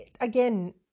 again